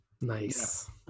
Nice